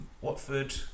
Watford